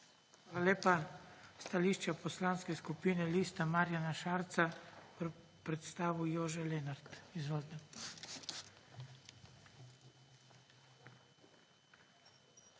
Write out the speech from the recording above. Hvala lepa. Stališče Poslanske skupine Lista Marjana Šarca bo predstavil Jože Lenart. Izvolite.